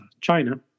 China